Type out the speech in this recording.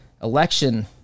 election